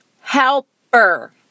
helper